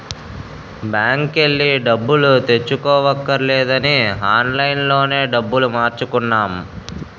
బాంకెల్లి డబ్బులు తెచ్చుకోవక్కర్లేదని ఆన్లైన్ లోనే డబ్బులు మార్చుకున్నాం